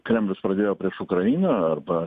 kremlius pradėjo prieš ukrainą arba